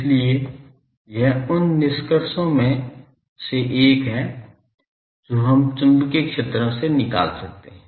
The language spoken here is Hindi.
इसलिए यह उन निष्कर्षों में से एक है जो हम चुंबकीय क्षेत्रों से निकाल सकते हैं